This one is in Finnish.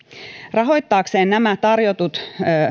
rahoittaakseen nämä tarjotut